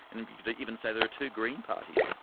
and and you could even say there are two green parties.